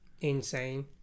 insane